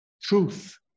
truth